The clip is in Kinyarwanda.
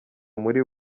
muri